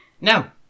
Now